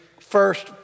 first